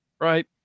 right